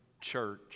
church